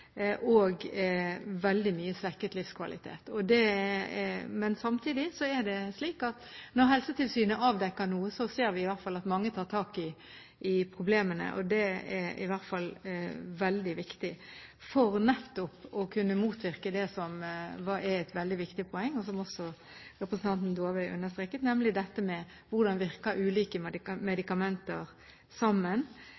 og veldig svekket livskvalitet. Men samtidig er det slik at når Helsetilsynet avdekker noe, ser vi at mange tar tak i problemene. Det er i hvert fall veldig viktig for nettopp å kunne motvirke det som er et veldig viktig poeng, og som også representanten Dåvøy understreket, nemlig dette med hvordan ulike medikamenter virker